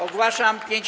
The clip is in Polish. Ogłaszam 5-